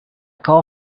call